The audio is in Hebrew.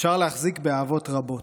אפשר להחזיק באהבות רבות,